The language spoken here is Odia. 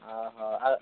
ଅ ହୋ ଆଉ